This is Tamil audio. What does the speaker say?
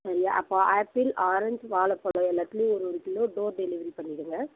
சரி அப்போ ஆப்பிள் ஆரஞ்ச் வாழைப் பழம் எல்லாத்துலேயும் ஒரு ஒரு கிலோ டோர் டெலிவரி பண்ணிவிடுங்க